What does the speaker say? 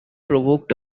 provoked